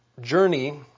journey